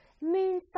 moon